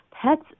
Pets